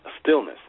stillness